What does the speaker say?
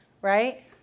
right